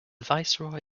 viceroy